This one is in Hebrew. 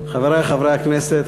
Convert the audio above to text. חברי חברי הכנסת,